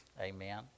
amen